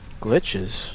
Glitches